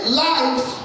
life